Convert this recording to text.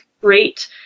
great